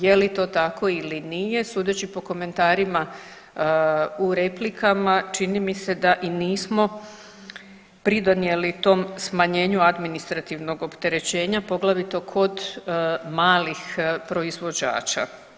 Je li to tako ili nije sudeći po komentarima u replikama čini mi se da i nismo pridonijeli tom smanjenju administrativnog opterećenja poglavito kod malih proizvođača.